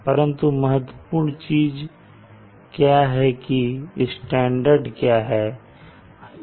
परंतु महत्वपूर्ण चीज क्या है की स्टैंडर्ड क्या है